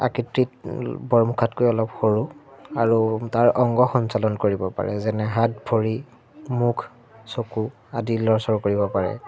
আকৃতিত বৰ মুখাতকৈ অলপ সৰু আৰু তাৰ অংগ সঞ্চালন কৰিব পাৰে যেনে হাত ভৰি মুখ চকু আদি লৰচৰ কৰিব পাৰে